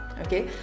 Okay